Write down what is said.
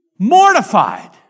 Mortified